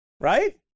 Right